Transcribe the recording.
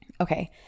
Okay